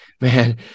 man